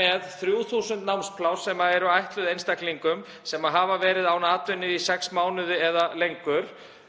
með 3.000 námspláss sem eru ætluð einstaklingum sem hafa verið án atvinnu í sex mánuði eða lengur.